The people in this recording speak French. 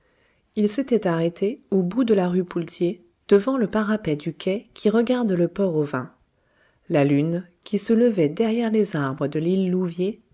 ils s'étaient arrêtés au bout de la rue poultier devant le parapet du quai qui regarde le port aux vins la lune qui se levait derrière les arbres de l'île louviers